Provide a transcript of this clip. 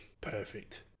perfect